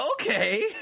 okay